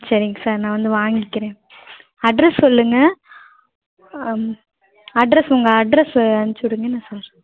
சரிங் சார் நான் வந்து வாங்கிக்கிறேன் அட்ரஸ் சொல்லுங்க அட்ரஸு உங்க அட்ரஸு அனுச்சிவுடுங்க நான் சொல்கிறன்